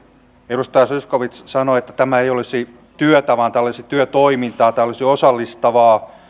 edustaja zyskowicz sanoi että tämä ei olisi työtä vaan tämä olisi työtoimintaa tämä olisi osallistavaa